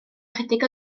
ychydig